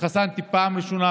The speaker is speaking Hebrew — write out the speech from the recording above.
התחסנתי בפעם הראשונה,